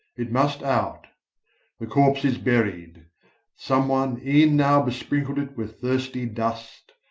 it must out the corpse is buried someone e'en now besprinkled it with thirsty dust,